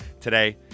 today